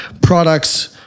products